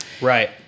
Right